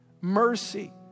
mercy